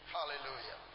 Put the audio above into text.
Hallelujah